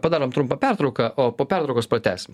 padarom trumpą pertrauką o po pertraukos pratęsim